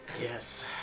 Yes